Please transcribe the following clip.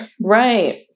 Right